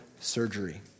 surgery